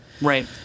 Right